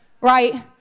right